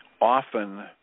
often